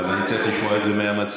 אבל אני צריך לשמוע את זה מהמציעים.